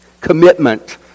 commitment